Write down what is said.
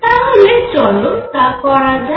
তাহলে চলো তা করা যাক